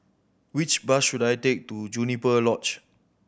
which bus should I take to Juniper Lodge